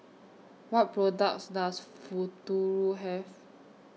What products Does Futuro Have